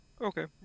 Okay